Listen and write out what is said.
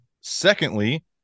Secondly